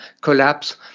collapse